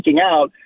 out